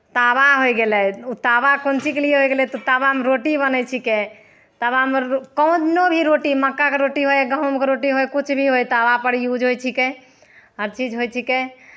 तावा होय गेलै ओ तावा कोन चीजके लिए होय गेलै तऽ तावामे रोटी बनै छिकै तावामे रो कोनो भी रोटी मक्काके रोटी होय गहूँमके रोटी होय किछु भी होय तावापर यूज होइ छिकै हर चीज होइ छिकै